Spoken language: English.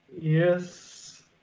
Yes